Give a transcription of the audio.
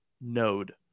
node